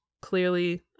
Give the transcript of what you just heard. clearly